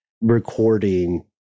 recording